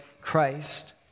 Christ